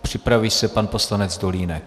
Připraví se pan poslanec Dolínek.